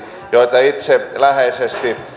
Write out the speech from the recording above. joita itse läheisesti